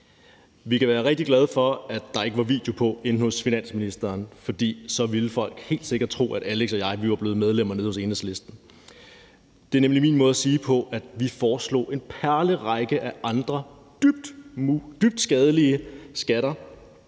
Vi kan være rigtig glade for, at der ikke var video på inde hos finansministeren, for så ville folk helt sikkert tro, at Alex Vanopslagh og jeg var blevet medlemmer nede hos Enhedslisten. Det er nemlig min måde at sige på, at vi foreslog en perlerække af andre dybt skadelige skatter,